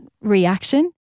reaction